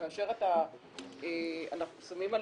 כאשר אנחנו שמים על